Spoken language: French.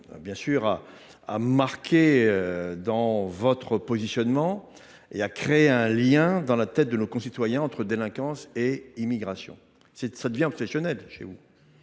rien, sauf à marquer votre positionnement et à créer un lien dans l’esprit de nos concitoyens entre délinquance et immigration. Cela devient obsessionnel chez vous